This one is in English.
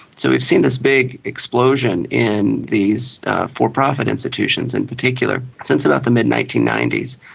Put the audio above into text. so we've seen this big explosion in these for-profit institutions in particular since about the mid nineteen ninety s.